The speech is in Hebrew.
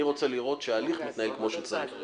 אני רוצה לראות שההליך מתנהל כמו שצריך.